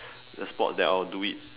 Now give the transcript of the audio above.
a sport that I will do it